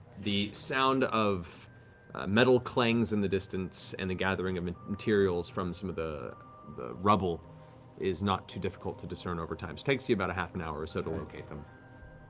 the sound of metal clangs in the distance, and the gathering of materials from some of the the rubble is not too difficult to discern over time. takes you about half an hour or so to locate him.